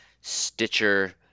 Stitcher